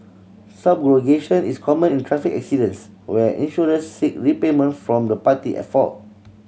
subrogation is common in traffic accidents where insurers seek repayment from the party at fault